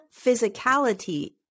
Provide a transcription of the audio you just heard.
physicality